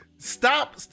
Stop